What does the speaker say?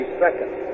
seconds